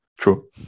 True